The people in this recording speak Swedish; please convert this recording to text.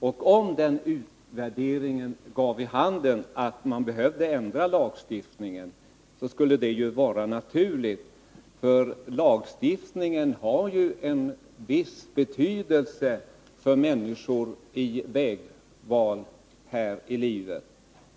Om den utvärderingen gav vid handen att man behövde ändra lagstiftningen skulle det ju vara naturligt att göra detta, för lagstiftningen har en viss betydelse för människor vid vägval här i livet.